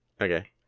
Okay